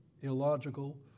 illogical